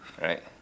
Right